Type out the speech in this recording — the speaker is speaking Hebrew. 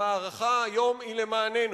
המערכה היום היא למעננו,